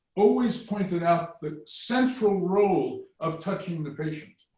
always pointed out the central role of touching the patient.